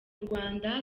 rwanda